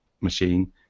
machine